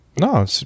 No